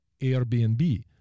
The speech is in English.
airbnb